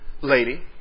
lady